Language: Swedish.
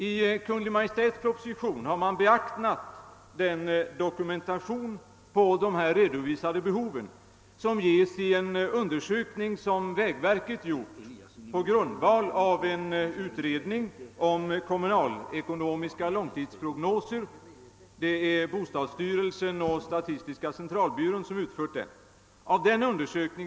I Kungl. Maj:ts proposition har man beaktat den dokumentation av de redovisade behoven som ges i en undersökning som vägverket gjort på grundval av en utredning av bostadsstyrelsen och statistiska centralbyrån om kommunalekonomiska långtidsprognoser.